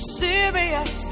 serious